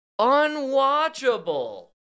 Unwatchable